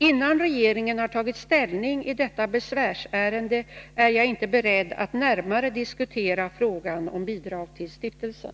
Innan regeringen har tagit ställning i detta besvärsärende är jag inte beredd att närmare diskutera frågan om bidrag till stiftelsen.